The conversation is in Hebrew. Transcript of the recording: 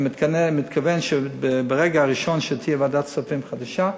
ואני מתכוון שברגע הראשון שתהיה ועדת כספים חדשה,